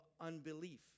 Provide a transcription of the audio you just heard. unbelief